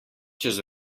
čez